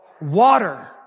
Water